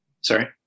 Sorry